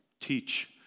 teach